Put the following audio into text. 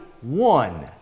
one